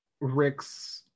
rick's